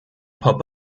pop